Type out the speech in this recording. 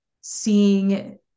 seeing